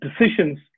decisions